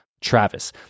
Travis